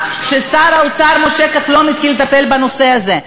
כששר האוצר משה כחלון התחיל לטפל בנושא הזה,